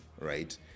right